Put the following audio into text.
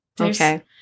Okay